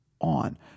on